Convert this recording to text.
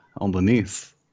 underneath